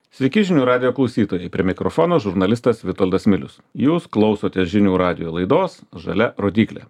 sveiki žinių radijo klausytojai prie mikrofono žurnalistas vitoldas milius jūs klausotės žinių radijo laidos žalia rodyklė